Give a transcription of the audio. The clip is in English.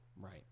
Right